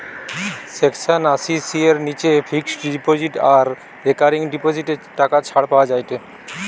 section আশি C এর নিচে ফিক্সড ডিপোজিট আর রেকারিং ডিপোজিটে টাকা ছাড় পাওয়া যায়েটে